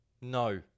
No